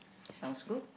sounds good